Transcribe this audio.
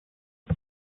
bei